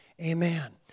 amen